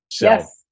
Yes